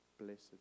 blessed